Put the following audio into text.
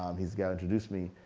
um he's gotta introduce me,